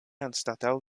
anstataŭ